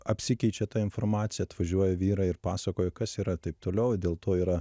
apsikeičia ta informacija atvažiuoja vyrai ir pasakoja kas yra taip toliau dėl to yra